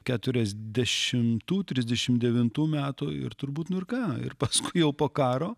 keturiasdešimtų trisdešimt devintų metų ir turbūt nu ir ką ir paskui jau po karo